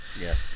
Yes